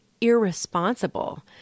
irresponsible